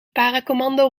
paracommando